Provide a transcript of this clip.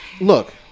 Look